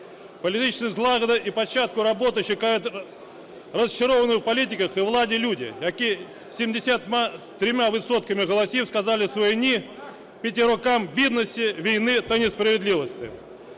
Політичну злагоду і початку роботи чекають розчаровані в політиках і владі люди, які 73 відсотками голосів сказали своє "ні" п'яти рокам бідності, війни та несправедливості.